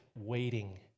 waiting